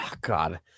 God